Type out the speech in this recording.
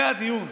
זה הדיון,